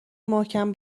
محکم